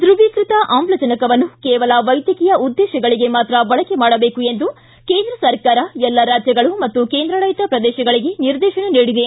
ದ್ರವೀಕೃತ ಆಮ್ಲಜನಕವನ್ನು ಕೇವಲ ವೈದ್ಯಕೀಯ ಉದ್ದೇಶಗಳಿಗೆ ಮಾತ್ರ ಬಳಕೆ ಮಾಡಬೇಕು ಎಂದು ಕೇಂದ್ರ ಸರ್ಕಾರ ಎಲ್ಲ ರಾಜ್ಯಗಳು ಮತ್ತು ಕೇಂದ್ರಾಡಳಿತ ಪ್ರದೇಶಗಳಿಗೆ ನಿರ್ದೇಶನ ನೀಡಿದೆ